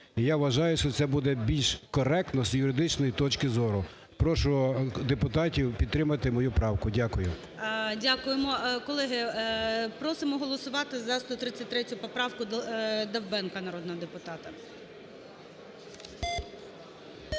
я вважаю, що це буде більш коректно з юридичної точки зору. Прошу депутатів підтримати мою правку. Дякую. ГОЛОВУЮЧИЙ. Дякуємо. Колеги, просимо голосувати за 133 поправкуДовбенка, народного депутата.